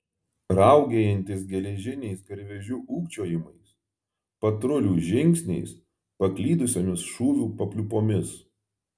raugėjantis geležiniais garvežių ūkčiojimais patrulių žingsniais paklydusiomis šūvių papliūpomis